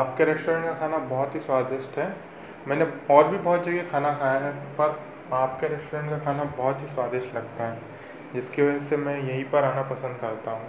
आपके रेस्टोरेंट का खाना बहुत ही स्वादिष्ट है मैंने और भी बहुत जगह खाना खाया है पर आपके रेस्टोरेंट का खाना बहुत ही स्वादिष्ट लगता है इसके वजह से मैं यहीं पर आना पसंद करता हूँ